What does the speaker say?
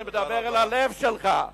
אני מדבר אל הלב שלך,